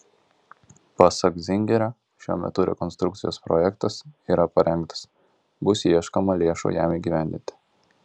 pasak zingerio šiuo metu rekonstrukcijos projektas yra parengtas bus ieškoma lėšų jam įgyvendinti